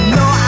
no